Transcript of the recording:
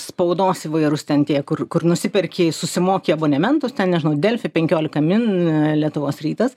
spaudos įvairūs ten tie kur kur nusiperki susimoki abonementus ten nežinau delfi penkiolika min lietuvos rytas